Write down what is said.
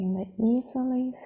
easily